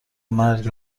مرگ